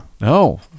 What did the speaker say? No